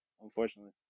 Unfortunately